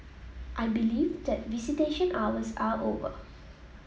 I believe that visitation hours are over